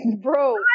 bro